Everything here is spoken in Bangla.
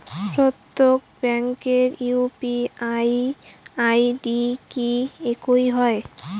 প্রত্যেক ব্যাংকের ইউ.পি.আই আই.ডি কি একই হয়?